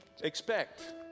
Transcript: expect